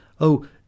Oh